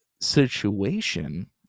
situation